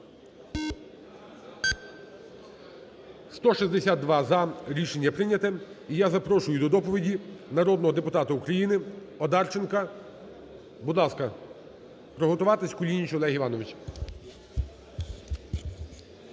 За-162 Рішення прийняте. І я запрошую до доповіді народного депутата України Одарченка, будь ласка. Приготуватись – Кулініч Олег Іванович.